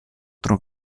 tro